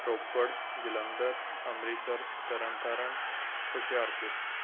Ropar Jalandhar Amritsar Tarn Taran Hoshiarpur